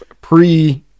pre